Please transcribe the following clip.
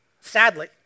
sadly